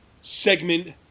segment